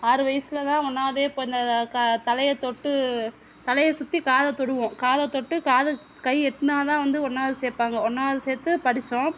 ஆறு வயதுலதான் ஒன்றாவதே இப்போ இந்த தலையை தொட்டு தலையை சுற்றி காதை தொடுவோம் காதை தொட்டு காதுக்கு கை எட்டுனால்தான் வந்து ஒன்றாவது சேர்ப்பாங்க ஒன்றாவது சேர்த்து படித்தோம்